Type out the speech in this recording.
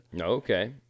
Okay